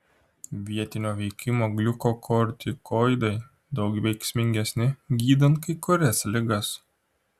vietinio veikimo gliukokortikoidai daug veiksmingesni gydant kai kurias ligas